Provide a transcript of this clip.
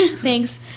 Thanks